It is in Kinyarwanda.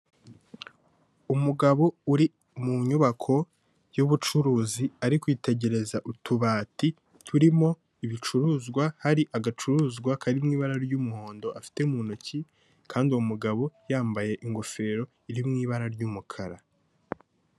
Umugabo uri mu nyubako y'ubucuruzi ari kwitegereza utubati turimo ibicuruzwa, hari agacuruzwa karirimo ibara ry'umuhondo afite mu ntoki, kandi uwo mugabo yambaye ingofero iri mu ibara ry'umukara.